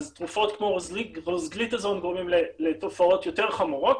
אז תרופות כמו רוזגריטזון גורמות לתופעות יותר חמורות.